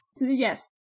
Yes